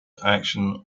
action